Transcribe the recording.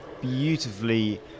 beautifully